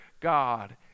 God